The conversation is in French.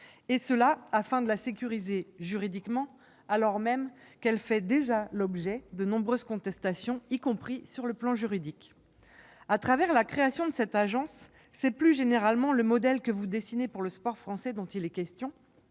Il s'agit de sécuriser juridiquement l'Agence, alors même qu'elle fait déjà l'objet de nombreuses contestations, y compris sur le plan juridique. Au travers de la création de cette agence, c'est plus généralement le modèle que vous dessinez pour le sport français dont il est question.